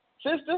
sister